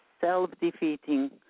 self-defeating